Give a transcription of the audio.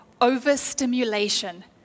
overstimulation